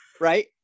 right